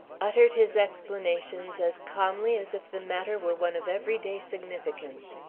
uttered his explanations as calmly as if the matter were one of every-day significance.